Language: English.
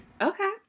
Okay